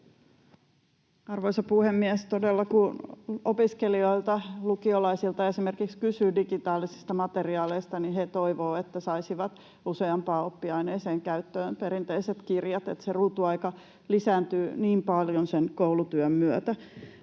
Arvoisa puhemies! Todella kun opiskelijoilta, esimerkiksi lukiolaisilta, kysyy digitaalisista materiaaleista, niin he toivovat, että saisivat useampaan oppiaineeseen käyttöön perinteiset kirjat — se ruutuaika lisääntyy niin paljon sen koulutyön myötä.